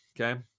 okay